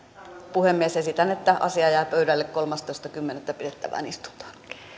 puhemies esitän että asia jää pöydälle kolmastoista kymmenettä pidettävään istuntoon